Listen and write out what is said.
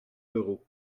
d’euros